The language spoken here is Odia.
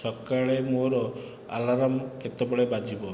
ସକାଳେ ମୋର ଆଲାର୍ମ କେତେବେଳେ ବାଜିବ